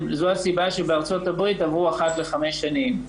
זו הסיבה שבארצות הברית אמרו אחת לחמש שנים.